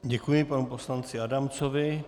Děkuji panu poslanci Adamcovi.